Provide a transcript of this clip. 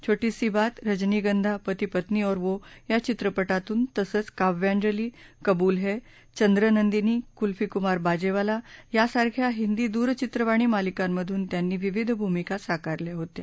छोटी सी बात रजनीगंधा पती पत्नी और वो या चित्रपटातून तसंच काव्यांजली कबूल है चंद्र नंदिनी कुल्फी कुमार बाजेवाला यांसारख्या हिंदी दूरचित्रवाणी मालिकांमधून त्यांनी विविध भूमिका साकारल्या होत्या